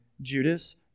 Judas